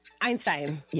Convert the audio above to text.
Einstein